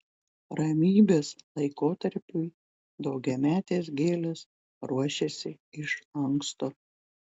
ramybės laikotarpiui daugiametės gėlės ruošiasi iš anksto